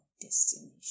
destination